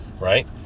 right